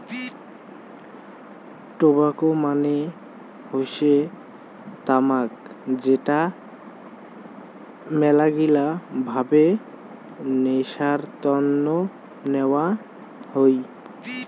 tobacco মানে হসে তামাক যেটা মেলাগিলা ভাবে নেশার তন্ন নেওয়া হই